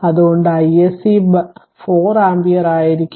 അതുകൊണ്ടു isc 4 ampere ആയിരിക്കും